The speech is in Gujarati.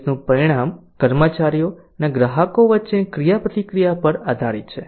સર્વિસ નું પરિણામ કર્મચારીઓ અને ગ્રાહકો વચ્ચેની ક્રિયાપ્રતિક્રિયા પર આધારિત છે